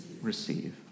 receive